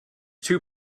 two